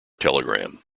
telegram